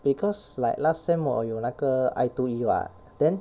because like last sem 我有那个 I two E [what] then